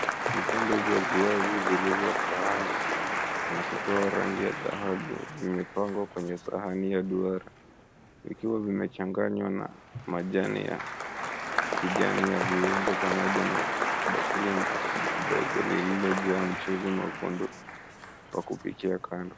Vipande vya viazi vilivyokaangwa na kupewa rangi ya dhahabu imepangwa kwenye sahani ya duara vikiwa vimechanganywa na majani ya kijani ya viungo pamoja na bakuli dogo lililojaa mchuzi mwekundu kwa kupikia kando.